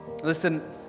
Listen